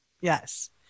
yes